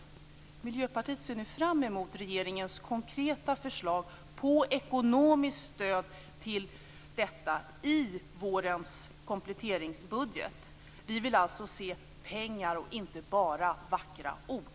Vi i Miljöpartiet ser nu fram emot regeringens konkreta förslag på ekonomiskt stöd till detta i vårens kompletteringsbudget. Vi vill alltså se pengar, och inte bara vackra ord.